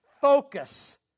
focus